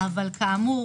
אבל כאמור